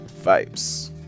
vibes